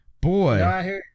boy